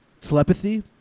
Telepathy